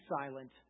silent